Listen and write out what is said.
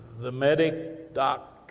the medic doc,